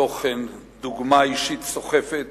תוכן, דוגמה אישית סוחפת